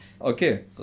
Okay